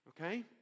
Okay